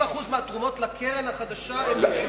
90% מהתרומות לקרן החדשה הם של יהודים.